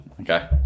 okay